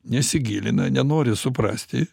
nesigilina nenori suprasti